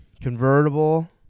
Convertible